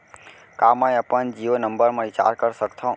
का मैं अपन जीयो नंबर म रिचार्ज कर सकथव?